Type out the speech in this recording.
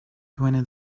twenty